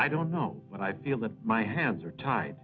i don't know what i feel that my hands are tied